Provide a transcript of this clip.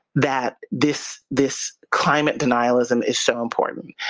that this this climate denialism is so important.